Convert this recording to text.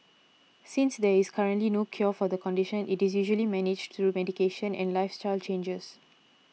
since there is currently no cure for the condition it is usually managed through medication and lifestyle changes